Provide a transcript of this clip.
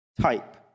type